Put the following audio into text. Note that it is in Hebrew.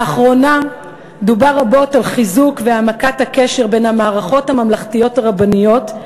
לאחרונה דובר רבות על חיזוק והעמקת הקשר בין המערכות הממלכתיות הרבניות,